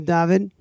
David